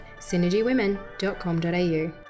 synergywomen.com.au